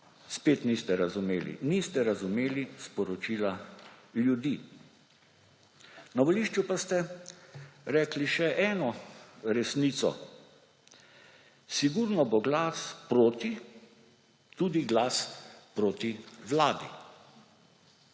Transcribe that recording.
spet niste razumeli, niste razumeli sporočila ljudi. Na volišču pa ste rekli še eno resnico: »Sigurno bo glas proti tudi glas proti vladi.«